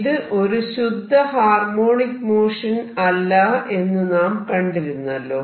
ഇത് ഒരു ശുദ്ധ ഹാർമോണിക് മോഷൻ അല്ല എന്ന് നാം കണ്ടിരുന്നല്ലോ